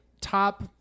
top